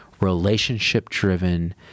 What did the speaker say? relationship-driven